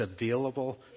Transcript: available